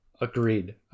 Agreed